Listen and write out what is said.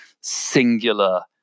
singular